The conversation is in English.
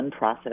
unprocessed